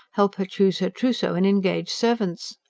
help her choose her trousseau and engage servants.